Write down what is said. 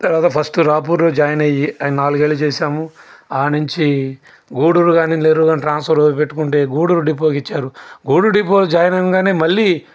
తర్వాత ఫస్టు రాయపూర్లో జాయిన్ అయ్యి నాలుగేళ్ళు చేశాము ఆ నుంచి గూడూరు కానీ నెల్లూర్ కానీ ట్రాన్స్ఫర్ పెట్టుకుంటే గూడూర్ డిపోకి ఇచ్చారు గూడూర్ డిపో జాయిన్ అవ్వంగానే మళ్ళీ